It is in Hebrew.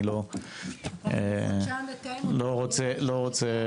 ואני לא רוצה את